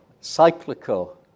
cyclical